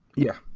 yeah.